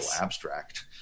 abstract